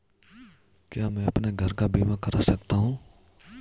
क्या मैं अपने घर का बीमा करा सकता हूँ?